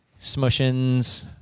smushins